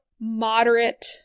moderate